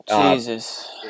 jesus